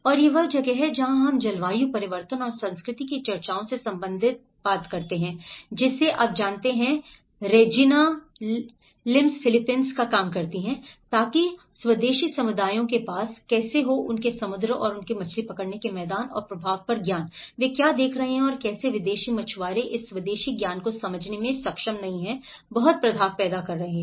और यह वह जगह है जहां हम जलवायु परिवर्तन और संस्कृति की चर्चाओं से संबंधित हैं जिसे आप जानते हैं रेजिना लिम्स फिलिपींस का काम करती है ताकि स्वदेशी समुदायों के पास कैसे हो उनके समुद्र और उनके मछली पकड़ने के मैदान और प्रभाव पर ज्ञान वे क्या देख रहे हैं और कैसे विदेशी मछुआरे इस स्वदेशी ज्ञान को समझने में सक्षम नहीं हैं बहुत प्रभाव पैदा नहीं कर रहा है